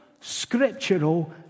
scriptural